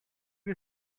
you